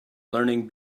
learning